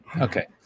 Okay